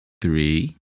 three